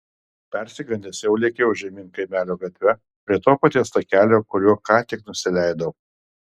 persigandęs jau lėkiau žemyn kaimelio gatve prie to paties takelio kuriuo ką tik nusileidau